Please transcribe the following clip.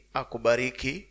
akubariki